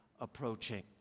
approaching